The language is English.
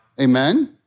Amen